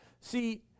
See